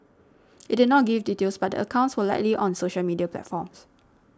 it did not give details but the accounts were likely on social media platforms